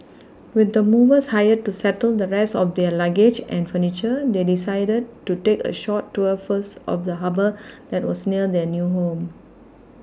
with the movers hired to settle the rest of their luggage and furniture they decided to take a short tour first of the Harbour that was near their new home